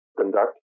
conduct